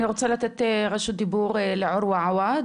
אני רוצה לתת רשות דיבור לערווה עווד,